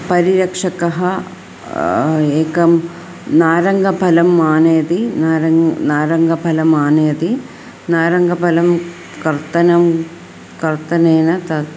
परिरक्षकः एकं नारङ्गफलम् आनयति नारङ्गः नारङ्गफलम् आनयति नारङ्गफलं कर्तनं कर्तनेन तत्